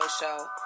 show